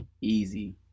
easy